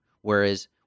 Whereas